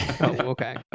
okay